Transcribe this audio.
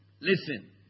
Listen